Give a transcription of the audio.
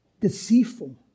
deceitful